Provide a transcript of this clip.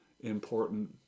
important